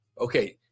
Okay